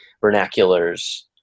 vernaculars